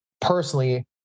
personally